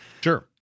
Sure